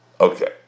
Okay